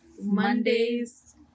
Mondays